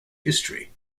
history